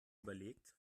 überlegt